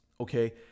okay